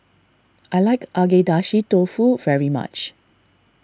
I like Agedashi Dofu very much